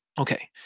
Okay